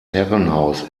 herrenhaus